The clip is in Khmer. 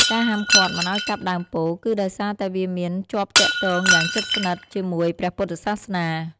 ការហាមឃាត់មិនឱ្យកាប់ដើមពោធិ៍ គឺដោយសារតែវាមានជាប់ទាក់ទងយ៉ាងជិតស្និទ្ធជាមួយព្រះពុទ្ធសាសនា។